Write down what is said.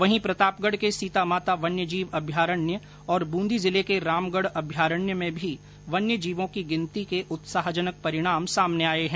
वहीं प्रतापगढ के सीतामाता वन्य जीव अभ्यारण्य और ब्रंदी जिले के रामगढ अभ्यारण्य में भी वन्यजीवों की गिनती के उत्साहजनक परिणाम सामने आए है